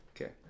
Okay